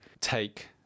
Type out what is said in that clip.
take